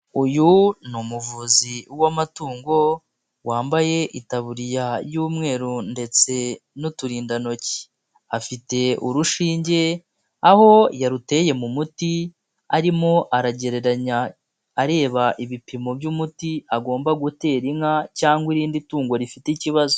Uyu ni umuvuzi w'amatungo, wambaye itaburiya y'umweru ndetse n'uturindantoki. Afite urushinge aho yaruteye mu muti arimo aragereranya areba ibipimo by'umuti agomba gutera inka, cyangwa irindi tungo rifite ikibazo.